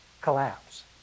collapse